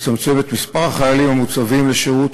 לצמצם את מספר החיילים המוצבים לשירות